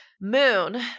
Moon